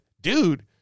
dude